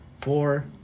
four